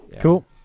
cool